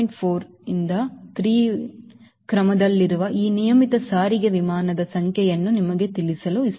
4 ರಿಂದ 3 ರ ಕ್ರಮದಲ್ಲಿರುವ ಈ ನಿಯಮಿತ ಸಾರಿಗೆ ವಿಮಾನದ ಸಂಖ್ಯೆಯನ್ನು ನಿಮಗೆ ತಿಳಿಸಲು